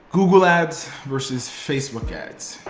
google ads versus facebook ads.